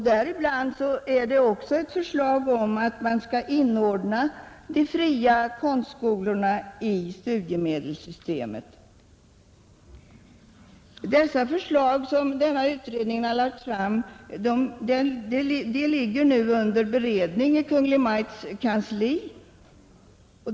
Däribland finns också ett förslag om att man skall inordna de fria konstskolorna i studiemedelssystemet. De förslag som denna utredning lagt fram beredes nu i Kungl. Maj:ts kansli.